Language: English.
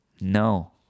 no